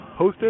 hosted